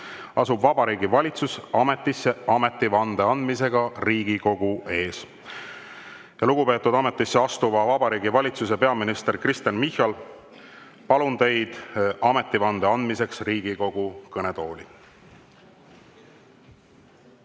asub Vabariigi Valitsus ametisse ametivande andmisega Riigikogu ees. Lugupeetud ametisse astuva Vabariigi Valitsuse peaminister Kristen Michal, palun teid ametivande andmiseks Riigikogu kõnetooli!